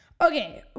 Okay